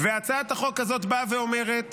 הצעת החוק הזאת אומרת